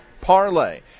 parlay